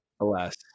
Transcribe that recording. Alas